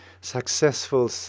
successful